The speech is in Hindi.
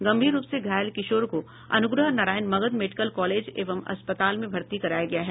गंभीर रूप से घायल किशोर को अन्ग्रह नारायण मगध मेडिकल कॉलेज एवं अस्पताल में भर्ती कराया गया है